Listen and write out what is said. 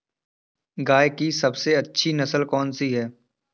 गाय की सबसे अच्छी नस्ल कौनसी है?